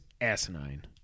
asinine